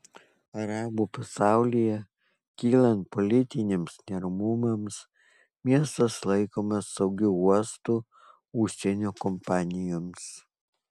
arabų pasaulyje kylant politiniams neramumams miestas laikomas saugiu uostu užsienio kompanijoms